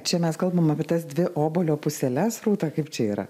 čia mes kalbam apie tas dvi obuolio puseles rūta kaip čia yra